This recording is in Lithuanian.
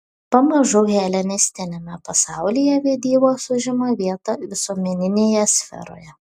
pamažu helenistiniame pasaulyje vedybos užima vietą visuomeninėje sferoje